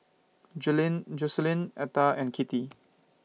Jocelyne Etta and Kittie